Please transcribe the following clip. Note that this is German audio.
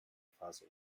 faso